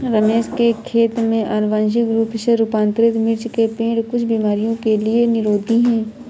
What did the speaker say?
रमेश के खेत में अनुवांशिक रूप से रूपांतरित मिर्च के पेड़ कुछ बीमारियों के लिए निरोधी हैं